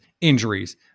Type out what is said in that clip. injuries